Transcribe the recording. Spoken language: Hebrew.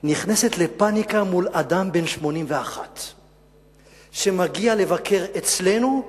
נכנסת לפניקה מול אדם בן 81 שמגיע לבקר אצלנו,